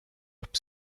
upp